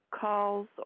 calls